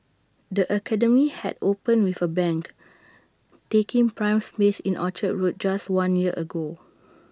the academy had opened with A bang taking prime space in Orchard road just one year ago